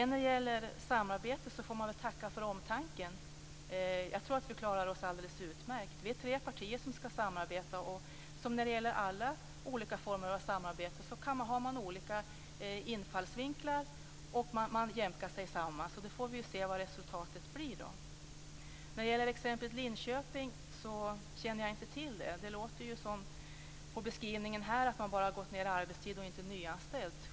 När det gäller samarbete får man tacka för omtanken. Jag tror att vi klarar oss alldeles utmärkt. Vi är tre partier som skall samarbeta. Som i alla olika former av samarbete har man olika infallsvinklar och man får jämka sig samman. Vi får se vad resultatet blir. Jag känner inte till exemplet Linköping. På beskrivningen här låter det som att man bara har gått ned i arbetstid utan att nyanställa.